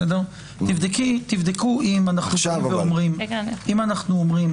תבדקו אם אנחנו אומרים